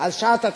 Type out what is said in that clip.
על שעת התקפה.